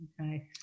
Okay